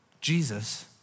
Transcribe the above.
Jesus